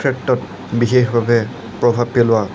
ক্ষেত্ৰত বিশেষভাৱে প্ৰভাৱ পেলোৱা